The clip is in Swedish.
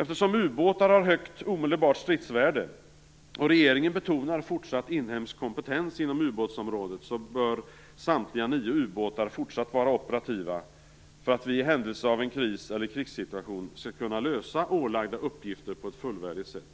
Eftersom ubåtar har högt omedelbart stridsvärde och regeringen betonar fortsatt inhemsk kompetens inom ubåtsområdet, bör samtliga nio ubåtar fortsatt vara operativa för att man i händelse av en kris eller krigssituation skall kunna lösa ålagda uppgifter på ett fullvärdigt sätt.